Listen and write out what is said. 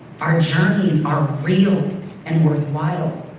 our journeys are real and worthwhile.